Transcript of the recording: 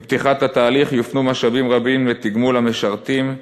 עם פתיחת התהליך יופנו משאבים רבים לתגמול המשרתים,